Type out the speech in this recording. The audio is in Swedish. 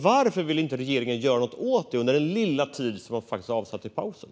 Varför vill inte regeringen göra något åt detta under den lilla tid som avsatts för pausen?